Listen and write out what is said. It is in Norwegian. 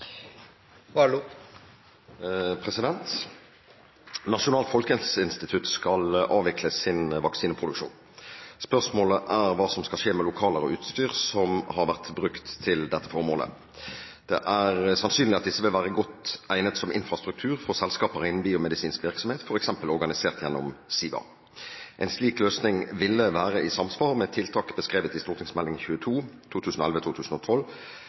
hva som skal skje med lokaler og utstyr som har vært brukt til formålet. Det er sannsynlig at disse vil være godt egnet infrastruktur for selskaper innen biomedisinsk virksomhet, for eksempel organisert gjennom SIVA. En slik løsning ville være i samsvar med tiltak beskrevet i Meld. St. 22